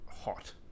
hot